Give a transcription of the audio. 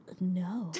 No